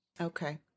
Okay